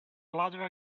bladder